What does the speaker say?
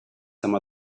some